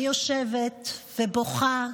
היא יושבת ובוכה.